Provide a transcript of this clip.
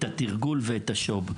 את התרגול ואת השו"ב.